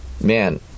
man